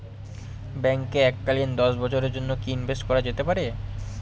ব্যাঙ্কে এককালীন দশ বছরের জন্য কি ইনভেস্ট করা যেতে পারে?